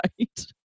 Right